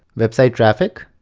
website traffic.